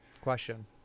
Question